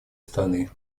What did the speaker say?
страны